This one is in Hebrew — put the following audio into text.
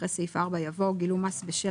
אחרי סעיף 4 יבוא: "גילום מס בשל